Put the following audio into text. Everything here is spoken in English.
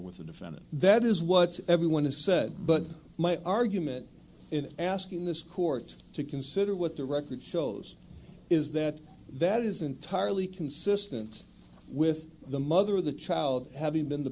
with the defendant that is what everyone has said but my argument in asking this court to consider what the record shows is that that is entirely consistent with the mother of the child having been the